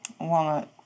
Walnut